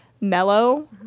mellow